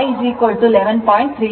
ಇದರ ಅರ್ಥ y 11